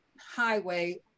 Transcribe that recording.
highway